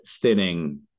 thinning